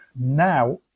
now